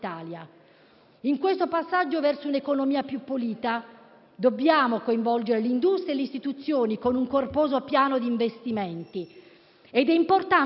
In questo passaggio verso un'economia più pulita, dobbiamo coinvolgere l'industria e le istituzioni con un corposo piano di investimenti.